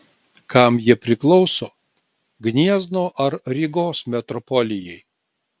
kam jie priklauso gniezno ar rygos metropolijai